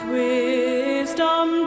wisdom